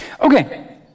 Okay